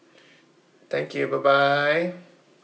thank you bye bye